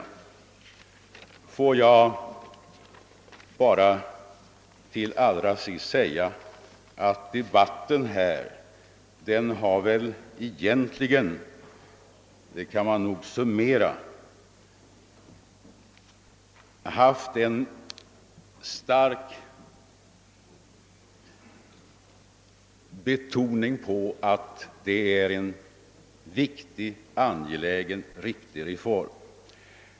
Om jag får summera vill jag säga att det i debatten starkt har betonats att detta är en viktig, angelägen och riktig reform.